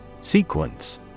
Sequence